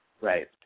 Right